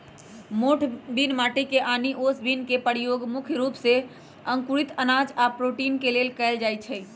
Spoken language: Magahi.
मोठ बिन मटकी आनि ओस बिन के परयोग मुख्य रूप से अंकुरित अनाज आ प्रोटीन के लेल कएल जाई छई